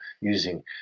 using